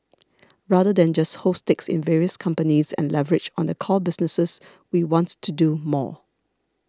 rather than just hold stakes in various companies and leverage on the core businesses we wants to do more